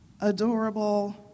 adorable